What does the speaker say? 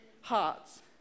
hearts